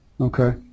okay